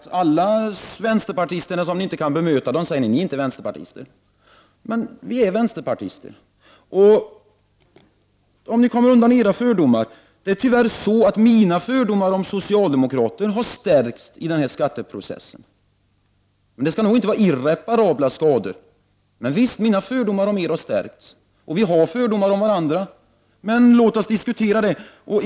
Om vänsterpartister som ni inte kan bemöta säger ni: Ni är inte vänsterpartister. — Men vi är vänsterpartister! Det är tyvärr så att mina fördomar om socialdemokrater har stärkts i den här skatteprocessen. Men de skadorna skall möjligen inte vara irreparabla. Vi har fördomar om varandra, men låt oss diskutera det.